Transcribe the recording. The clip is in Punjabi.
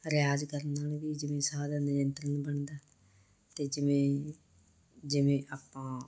ਰਿਆਜ਼ ਕਰਨ ਨਾਲ ਵੀ ਜਿਵੇਂ ਸਾਹ ਦਾ ਨਿਯੰਤਰਣ ਬਣਦਾ ਅਤੇ ਜਿਵੇਂ ਜਿਵੇਂ ਆਪਾਂ